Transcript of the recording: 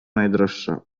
najdroższa